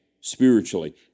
spiritually